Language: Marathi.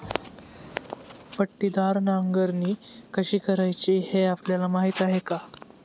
पट्टीदार नांगरणी कशी करायची हे आपल्याला माहीत आहे का?